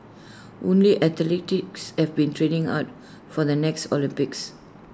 only athletes have been training hard for the next Olympics